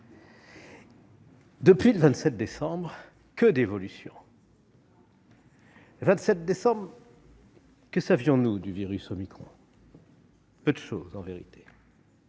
Depuis cette date, que d'évolutions ! Le 27 décembre, que savions-nous du variant omicron ? Peu de choses en vérité.